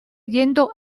yendo